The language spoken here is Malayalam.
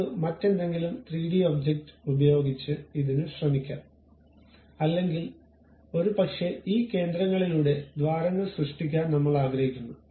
നമുക്ക് മറ്റെന്തെങ്കിലും 3D ഒബ്ജക്റ്റ് ഉപയോഗിച്ച് ഇതിനു ശ്രമിക്കാം അല്ലെങ്കിൽ ഒരുപക്ഷേ ഈ കേന്ദ്രങ്ങളിലൂടെ ദ്വാരങ്ങൾ സൃഷ്ടിക്കാൻ നമ്മൾ ആഗ്രഹിക്കുന്നു